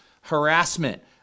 harassment